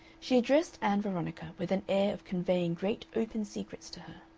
she addressed ann veronica with an air of conveying great open secrets to her.